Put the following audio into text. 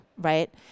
right